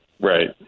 Right